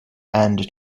and